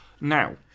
Now